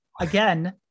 again